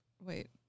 Wait